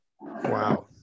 Wow